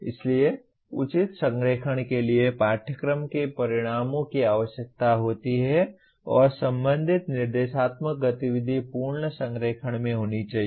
इसलिए उचित संरेखण के लिए पाठ्यक्रम के परिणामों की आवश्यकता होती है और संबंधित निर्देशात्मक गतिविधि पूर्ण संरेखण में होनी चाहिए